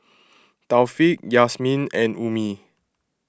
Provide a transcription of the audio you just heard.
Taufik Yasmin and Ummi